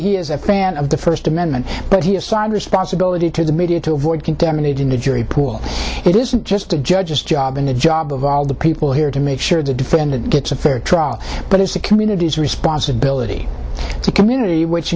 he is a fan of the first amendment but he assigned responsibility to the media to avoid contaminating the jury pool it isn't just a judge's job and a job of all the people here to make sure the defendant gets a fair trial but it's the community's responsibility to community which